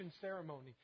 ceremony